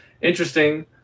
interesting